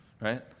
Right